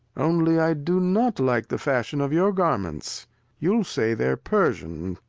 only i do not like the fashion of your garments you'll say they're persian,